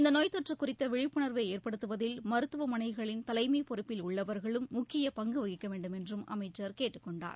இந்த நோய் தொற்று குறித்த விழிப்புணர்வை ஏற்படுத்துவதில் மருத்துவமனைகளின் தலைமைப் பொறுப்பில் உள்ளவா்களும் முக்கிய பங்கு வகிக்க வேண்டுமென்றும் அமைச்சர் கேட்டுக் கொண்டார்